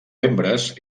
membres